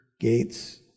gates